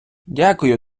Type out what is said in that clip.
дякую